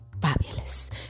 Fabulous